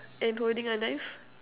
and holding a knife